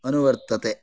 अनुवर्तते